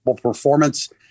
performance